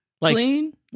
Clean